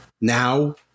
now